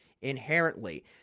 inherently